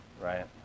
right